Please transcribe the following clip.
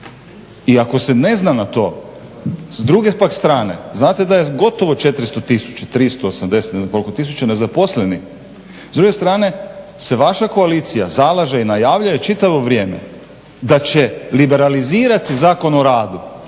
I ako se ne zna na to s druge pak strane, znate da je gotovo 400 tisuća, 380 tisuća ne znam koliko tisuća nezaposlenih, s druge stane se vaša koalicija zalaže i najavljuje čitavo vrijeme da će liberalizirati Zakon o radu.